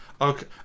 Okay